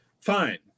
fine